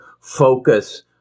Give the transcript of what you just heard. focus